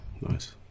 Nice